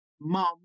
Mom